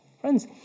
Friends